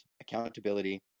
accountability